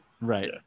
Right